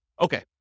Okay